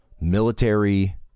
military